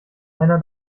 einer